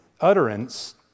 utterance